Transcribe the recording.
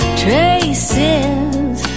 traces